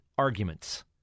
arguments